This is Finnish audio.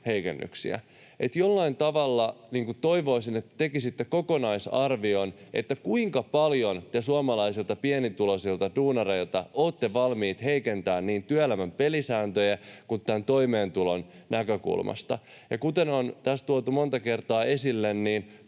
Jollain tavalla toivoisin, että tekisitte kokonaisarvion, kuinka paljon te suomalaisilta pienituloisilta duunareilta olette valmiit heikentämään niin työelämän pelisääntöjä kuin toimeentulon näkökulmasta. Kuten on tässä tuotu monta kertaa esille,